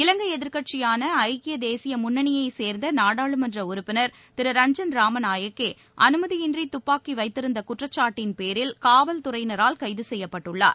இவங்கை எதிர்க்கட்சியான ஐக்கிய தேசிய முன்னணியைச் சேர்ந்த நாடாளுமன்ற உறுப்பினர் திரு ரஞ்சன் ராமநாயகே அனுமதியின்றி துப்பாக்கி வைத்திருந்த குற்றச்சாட்டின் பேரில் காவல்துறையினரால் கைது செய்யப்பட்டுள்ளார்